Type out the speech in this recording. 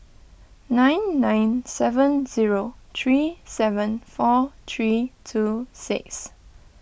nine nine seven zero three seven four three two six